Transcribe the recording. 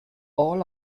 all